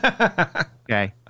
Okay